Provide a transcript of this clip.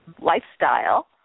lifestyle